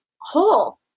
whole